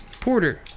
porter